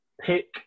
pick